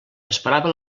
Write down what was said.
esperava